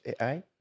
AI